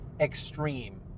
extreme